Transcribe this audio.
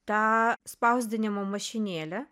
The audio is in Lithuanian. ta spausdinimo mašinėlė